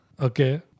Okay